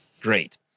Great